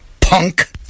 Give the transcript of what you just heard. Punk